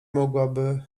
mogłaby